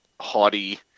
haughty